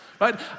Right